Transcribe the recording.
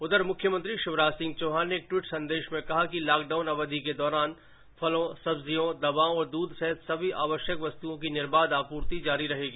उधर मुख्यमंत्री शिवराज सिंह चौहान ने एक ट्वीट संदेश में कहा कि लाक डाउन अवधि के दौरान फलों सब्जियों दवाओं और दूध सहित सभी आवश्यक वस्तुओं की निर्बाध आपूर्ति जारी रहेगी